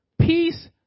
peace